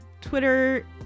Twitter